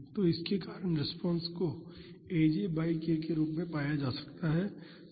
तो इसके कारण रिस्पांस को aj by k के रूप में पाया जा सकता है